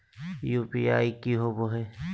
UPI की होवे हय?